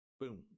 boom